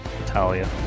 Natalia